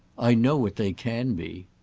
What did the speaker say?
i know what they can be.